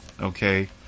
okay